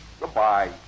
Goodbye